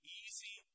easy